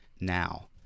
now